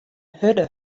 hurde